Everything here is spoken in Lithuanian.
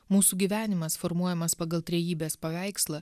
mūsų gyvenimas formuojamas pagal trejybės paveikslą